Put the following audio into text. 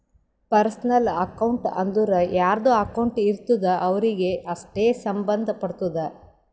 personal account ಅಂದುರ್ ಯಾರ್ದು account ಇರ್ತುದ್ ಅವ್ರಿಗೆ ಅಷ್ಟೇ ಸಂಭಂದ್ ಪಡ್ತುದ